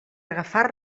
agafar